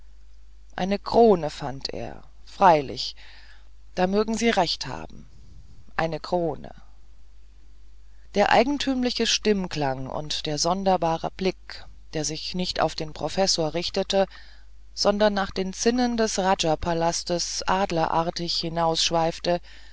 eine krone fand er freilich da mögen sie recht haben eine krone der eigentümliche stimmklang und der sonderbare blick der sich nicht auf den professor richtete sondern nach den zinnen des raja palastes